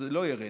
אז זה לא ירד,